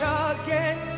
again